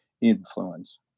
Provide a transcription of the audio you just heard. influence